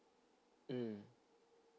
mm